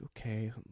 Okay